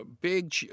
Big